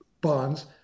bonds